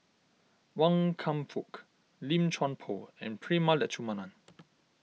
Wan Kam Fook Lim Chuan Poh and Prema Letchumanan